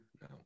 No